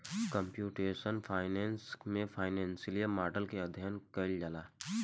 computational finance में financial model के अध्ययन कईल जाला